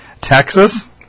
Texas